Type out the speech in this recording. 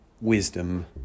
wisdom